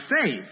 faith